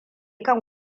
kan